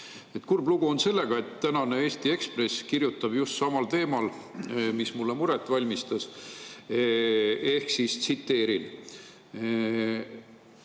Kurb lugu on sellega, et tänane Eesti Ekspress kirjutab just samal teemal, mis mulle muret valmistas. EAS-i ja Eesti